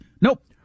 Nope